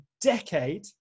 decade